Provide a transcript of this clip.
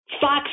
Fox